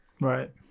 right